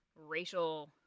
racial